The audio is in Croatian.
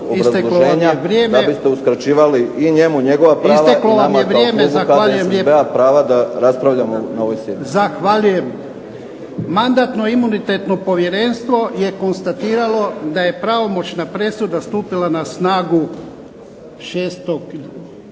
Ivan (HDZ)** Zahvaljujem. Mandatno-imunitetno povjerenstvo je konstatiralo da je pravomoćna presuda stupila na snagu 22.6.,